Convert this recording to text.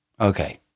Okay